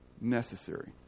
Necessary